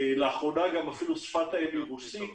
ולאחרונה גם כאלה ששפת האם שלהן היא רוסית.